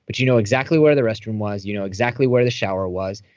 but you know exactly where the restroom was. you know exactly where the shower was.